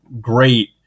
great